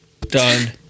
done